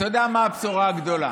אתה יודע מה הבשורה הגדולה?